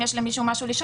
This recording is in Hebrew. אם יש למישהו מה לשאול,